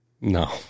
No